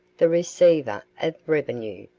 the receiver revenue,